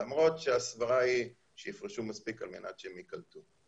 למרות שהסברה היא שיפרשו מספיק על מנת שהם יקלטו.